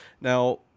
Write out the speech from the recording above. Now